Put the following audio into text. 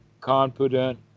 confident